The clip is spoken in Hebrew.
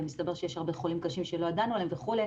ומסתבר שיש הרבה חולים קשים שלא ידענו עליהם וכו'.